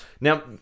Now